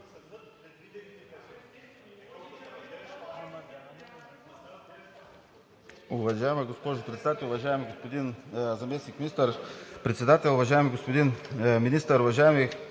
Уважаема госпожо Председател, уважаеми господин Заместник министър-председател, уважаеми господин Министър, уважаеми